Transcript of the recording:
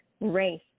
race